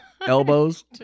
elbows